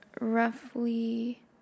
roughly